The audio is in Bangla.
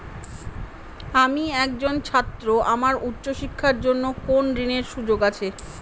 আমি একজন ছাত্র আমার উচ্চ শিক্ষার জন্য কোন ঋণের সুযোগ আছে?